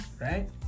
Right